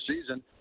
season